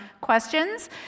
questions